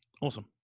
Awesome